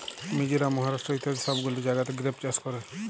মিজরাম, মহারাষ্ট্র ইত্যাদি সব গুলা জাগাতে গ্রেপ চাষ ক্যরে